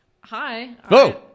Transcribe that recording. hi